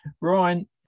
Ryan